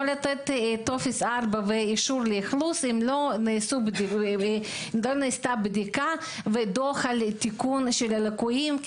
לא לתת טופס 4 ואישור אכלוס אם לא נעשתה בדיקה ודוח על תיקון ליקויים.